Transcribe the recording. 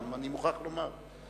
אני מוכרח לומר.